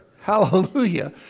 hallelujah